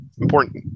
important